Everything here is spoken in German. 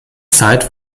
zeit